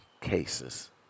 cases